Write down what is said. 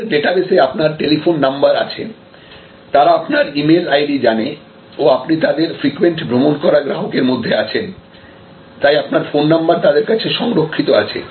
তাদের ডাটাবেসে আপনার টেলিফোন নাম্বার আছে তারা আপনার ইমেইল আইডি জানে ও আপনি তাদের ফ্রিকুয়েন্ট ভ্রমণ করা গ্রাহকের মধ্যে আছেন তাই আপনার ফোন নাম্বার তাদের কাছে সংরক্ষিত আছে